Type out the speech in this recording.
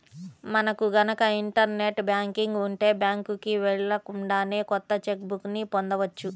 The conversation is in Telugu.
మనకు గనక ఇంటర్ నెట్ బ్యాంకింగ్ ఉంటే బ్యాంకుకి వెళ్ళకుండానే కొత్త చెక్ బుక్ ని పొందవచ్చు